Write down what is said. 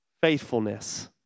faithfulness